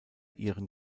ihren